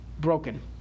broken